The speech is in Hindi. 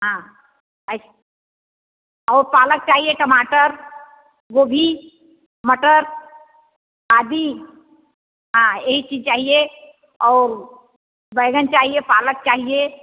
हाँ और पालक चाहिए टमाटर गोभी मटर आदि हाँ यही चीज़ चाहिए और बैंगन चाहिए पालक चाहिए